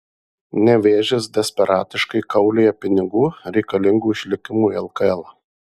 nevėžis desperatiškai kaulija pinigų reikalingų išlikimui lkl